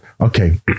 Okay